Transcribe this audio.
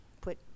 put